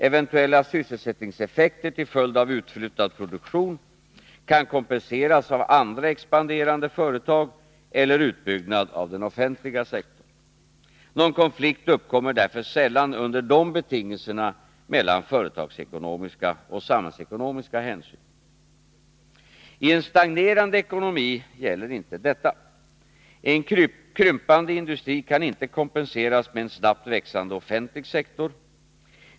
Eventuella sysselsättningseffekter till följd av utflyttad produktion kan kompenseras av andra expanderande företag eller utbyggnad av den offentliga sektorn. Någon konflikt uppkommer därför sällan under dessa betingelser mellan företagsekonomiska och samhällsekonomiska hänsyn. I en stagnerande ekonomi gäller inte detta. En krympande industri kan inte kompenseras med en snabbt växande offentlig sektor.